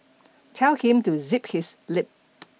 tell him to zip his lip